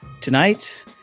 Tonight